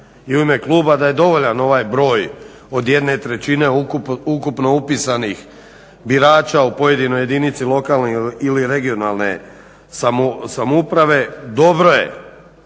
i u ime kluba da je dovoljan ovaj broj od 1/3 ukupno upisanih birača u pojedinoj jedinici lokalnoj ili regionalne samouprave, dobro je